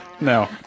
No